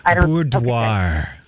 Boudoir